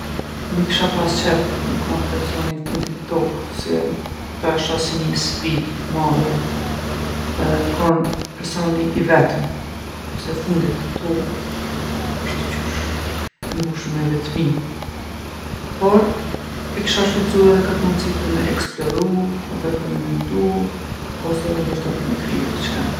Nuk kisha pasë qef me kon personi i fundit n'Tokë se kto e shoh si nji sfidë t'madhe edhe me kon person i vetëm ose fundit n'Tokë osht diqysh e mbushun me vetmi. Por, e kisha shfrytzu edhe këtë mundsi për me eksploru edhe për me mendu ose edhe ndoshta për me kriju diçka.